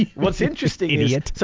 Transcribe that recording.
what's interesting is,